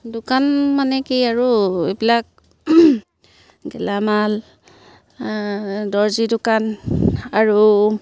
দোকান মানে কি আৰু এইবিলাক গেলামাল দৰ্জী দোকান আৰু